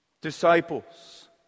Disciples